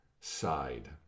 side